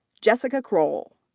jessica kroll.